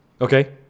Okay